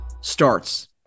starts